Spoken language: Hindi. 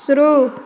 शुरू